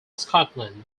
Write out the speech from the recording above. scotland